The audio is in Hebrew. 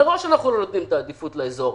מראש אנחנו לא נותנים את העדיפות לאזור,